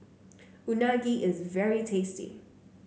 unagi is very tasty